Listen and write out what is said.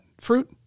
fruit